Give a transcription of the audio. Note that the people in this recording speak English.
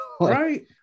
right